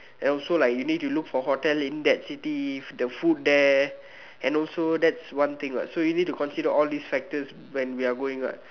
then also like you need to look for hotel in that cities the food there and also that's one thing what so you need to consider all these factors when we're going what